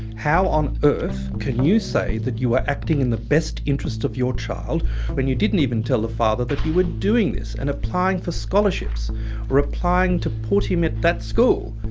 how on earth can you say that you were acting in the best interests of your child when you didn't even tell the father that you were doing this and applying for scholarships or applying to put him at that school?